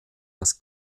das